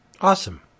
Awesome